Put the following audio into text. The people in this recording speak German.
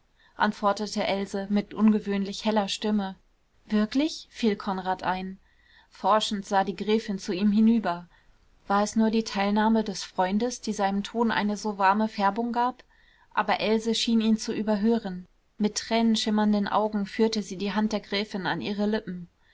antwortete else mit ungewöhnlich heller stimme wirklich fiel konrad ein forschend sah die gräfin zu ihm hinüber war es nur die teilnahme des freundes die seinem ton eine so warme färbung gab aber else schien ihn zu überhören mit tränenschimmernden augen führte sie die hand der gräfin an ihre lippen